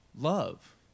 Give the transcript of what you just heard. love